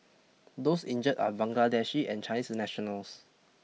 those injured are Bangladeshi and Chinese nationals